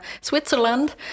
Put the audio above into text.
Switzerland